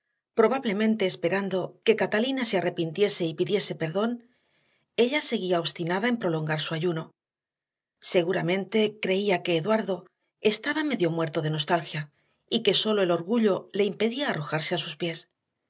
probablemente esperando que catalina se arrepintiese y pidiese perdón ella seguía obstinada en prolongar su ayuno seguramente creía que eduardo estaba medio muerto de nostalgia y que sólo el orgullo le impedía arrojarse a sus pies